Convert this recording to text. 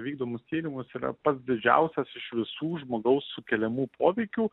vykdomus tyrimus yra pats didžiausias iš visų žmogaus sukeliamų poveikių